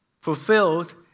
fulfilled